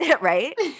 right